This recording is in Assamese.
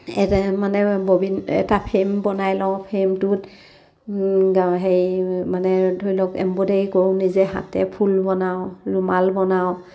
এটা মানে ববিন এটা ফ্ৰেম বনাই লওঁ ফ্ৰেমটোত হেৰি মানে ধৰি লওক এম্ব্ৰইডেৰি কৰোঁ নিজে হাতে ফুল বনাওঁ ৰুমাল বনাওঁ